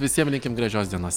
visiem linkim gražios dienos